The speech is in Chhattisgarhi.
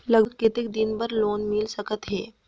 लगभग कतेक दिन बार लोन मिल सकत हे?